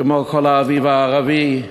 כמו כל האביב הערבי,